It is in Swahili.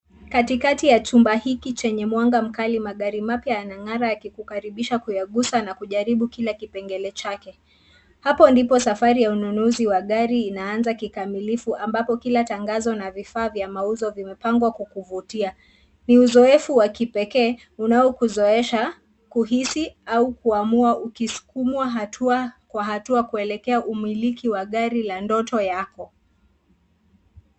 Katikati ya chumba hiki chenye mwanga mkali magari mapya yanang'ara yakikukaribisha kuyagusa na kujaribu kila kipengele chake. Hapo ndipo safari ya ununuzi wa gari inaanza kikamilifu ambapo kila tangazo na vifaa vya mauzo vimepangwa kukuvutia. Ni uzoefu wa kipekee unaokuzoesha kuhisi au kuamua ukisukumwa hatua kwa hatua kuelekea umiliki wa gari la ndoto yako.